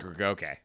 okay